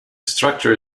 structure